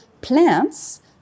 plants